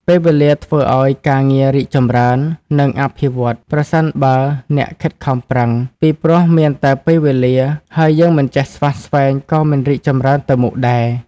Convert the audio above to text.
ពេលវេលាធ្វើអោយការងាររីកចំរើន និងអភិវឌ្ឍន៍ ប្រសិនបើអ្នកខិតខំប្រឹង ពីព្រោះមានតែពេលវេលាហើយយើងមិនស្វះស្វែងក៏មិនរីកចម្រើនទៅមុខដែរ។